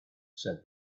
said